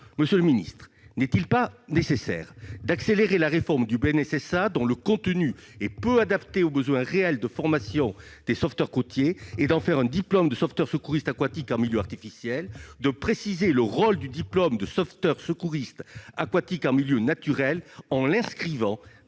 Monsieur le secrétaire d'État, ne serait-il pas nécessaire d'accélérer la réforme du BNSSA, dont le contenu est peu adapté aux besoins réels de formation des sauveteurs côtiers, et d'en faire un diplôme de sauveteur secouriste aquatique en milieu artificiel, de préciser le rôle du diplôme de sauveteur secouriste aquatique en milieu naturel en l'inscrivant